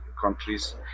countries